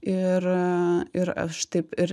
ir ir aš taip ir